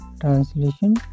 translation